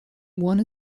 one